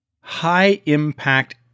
high-impact